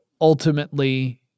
ultimately